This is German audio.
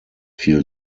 viel